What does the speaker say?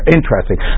Interesting